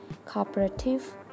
cooperative